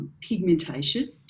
pigmentation